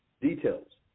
Details